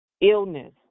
illness